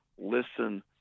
listen